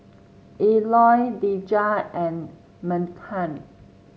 Elroy Dejah and Meghan